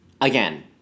again